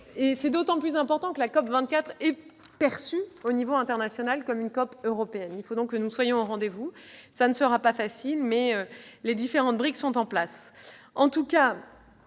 C'est d'autant plus important que la COP24 est perçue à l'échelon international comme une COP européenne. Il faut par conséquent que nous soyons au rendez-vous. Cela ne sera pas facile, mais les différentes briques sont en place.